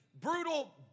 brutal